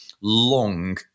long